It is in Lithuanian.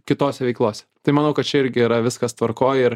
kitose veiklose tai manau kad čia irgi yra viskas tvarkoj ir